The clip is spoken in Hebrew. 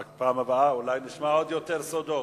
רק בפעם הבאה אולי נשמע יותר סודות,